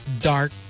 dark